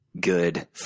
good